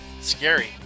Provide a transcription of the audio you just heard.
scary